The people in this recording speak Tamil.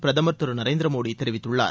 பிரதமர் திரு நரேந்திரமோடி தெரிவித்துள்ளார்